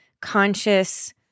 conscious